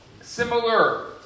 similar